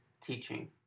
teaching